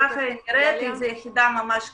--- זו יחידה ממש קטנה,